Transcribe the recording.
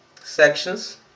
sections